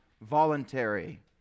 voluntary